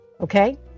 Okay